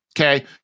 Okay